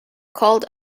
called